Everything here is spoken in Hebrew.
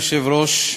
אדוני היושב-ראש,